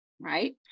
right